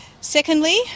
Secondly